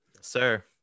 sir